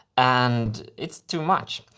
and it's too much.